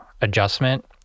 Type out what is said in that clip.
adjustment